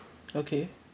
okay